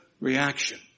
reaction